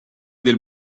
del